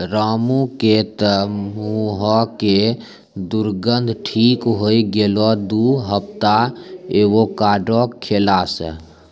रामू के तॅ मुहों के दुर्गंध ठीक होय गेलै दू हफ्ता एवोकाडो खैला स